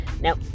now